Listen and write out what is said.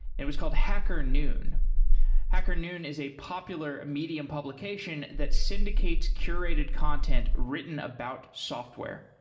it was called hacker noon hacker noon is a popular medium publication that syndicates curated content written about software.